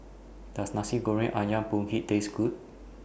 Does Nasi Goreng Ayam Kunyit Taste Good